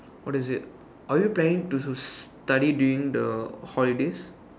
what is it are you planning to stu~ study during the holidays